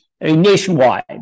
nationwide